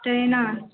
trainer